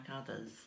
others